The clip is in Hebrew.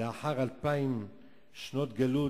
לאחר 2,000 שנות גלות,